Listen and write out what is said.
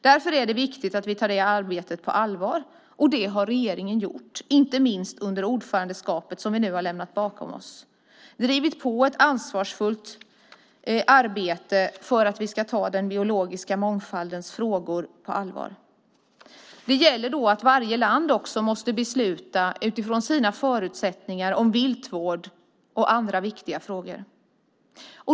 Därför är det viktigt att vi tar det arbetet på allvar, och det har regeringen gjort, inte minst under det ordförandeskap som vi nu har lämnat bakom oss. Man har drivit på ett ansvarsfullt arbete för att vi ska ta den biologiska mångfaldens frågor på allvar. Det gäller då att varje land måste besluta utifrån sina förutsättningar om viltvård och andra viktiga frågor.